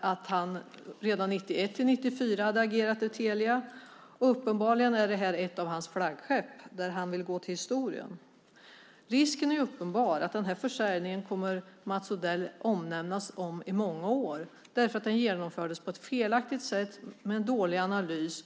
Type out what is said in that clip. att han redan 1991-1994 hade agerat i Telia. Uppenbarligen är detta ett av hans flaggskepp med vilket han vill gå till historien. Risken är uppenbar att Mats Odell med denna försäljning kommer att omnämnas i många år därför att den genomfördes på ett felaktigt sätt och med dålig analys.